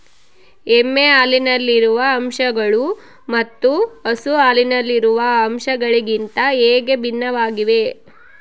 ಎಮ್ಮೆ ಹಾಲಿನಲ್ಲಿರುವ ಅಂಶಗಳು ಮತ್ತು ಹಸು ಹಾಲಿನಲ್ಲಿರುವ ಅಂಶಗಳಿಗಿಂತ ಹೇಗೆ ಭಿನ್ನವಾಗಿವೆ?